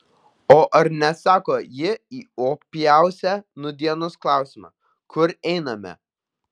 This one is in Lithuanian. o ar neatsako ji į opiausią nūdienos klausimą kur einame